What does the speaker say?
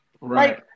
Right